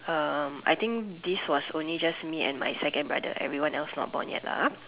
um I think this was only just me and my second brother everyone else not born yet lah ah